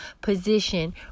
position